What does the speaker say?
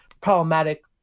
problematic